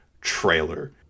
trailer